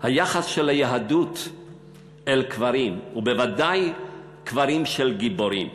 היחס של היהדות אל קברים ובוודאי קברים של גיבורים: